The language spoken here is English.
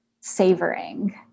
savoring